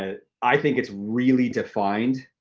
ah i think it's really defined,